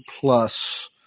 plus